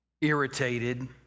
irritated